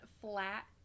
flat